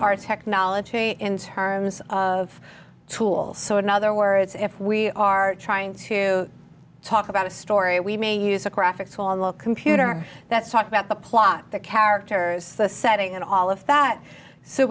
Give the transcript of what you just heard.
our technology in terms of tools so in other words if we are trying to talk about a story we may use a graphic swallow a computer that's talked about the plot the characters the setting and all of that so